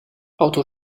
auto